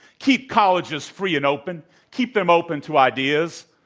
keep colleges free and open. keep them open to ideas.